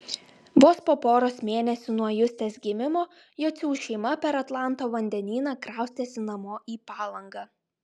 vos po poros mėnesių nuo justės gimimo jocių šeima per atlanto vandenyną kraustėsi namo į palangą